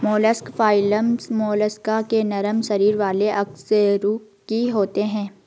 mollusc phylum Mollusca के नरम शरीर वाले अकशेरुकी होते हैं